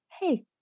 hey